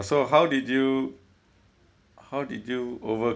so how did you how did you overcome